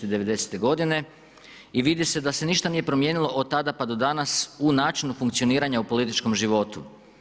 I '90. godine i vidi se da se ništa nije promijenilo od tada pa do danas u načinu funkcioniranja u političkom životu.